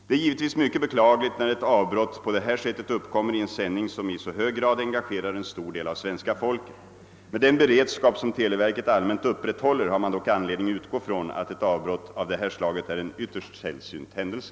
Det är givetvis mycket beklagligt när ett avbrott på detta sätt uppkommer i en sändning som i så hög grad engagerar en stor del av svenska folket. Med den beredskap som televerket allmänt upprätthåller har man dock anledning utgå från att ett avbrott av det här slaget är en ytterst sällsynt händelse.